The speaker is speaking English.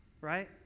right